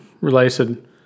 related